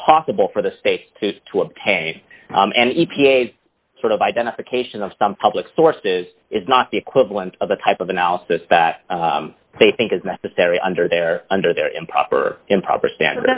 impossible for the state to obtain a sort of identification of some public sources is not the equivalent of the type of analysis that they think is necessary under their under their improper improper stand